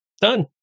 Done